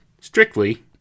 strictly